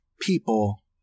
people